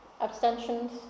Abstentions